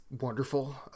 wonderful